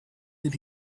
that